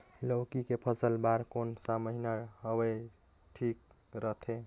लौकी के फसल बार कोन सा मौसम हवे ठीक रथे?